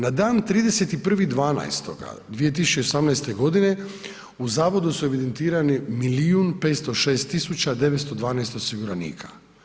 Na dan 31.12.2018. godine u Zavodu su evidentirani milijun 506 tisuća 912 osiguranika.